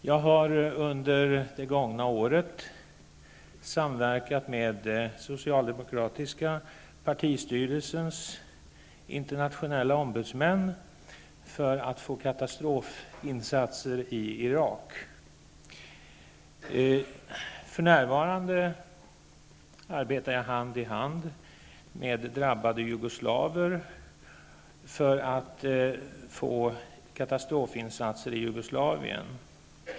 Jag har under det gångna året samverkat med socialdemokratiska partistyrelsens internationella ombudsmän för att få tillstånd katastrofinsatser i För närvarande arbetar jag hand i hand med drabbade jugoslaver för att få till stånd katastrofinsatser i Jugoslavien.